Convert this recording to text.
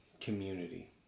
community